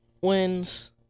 wins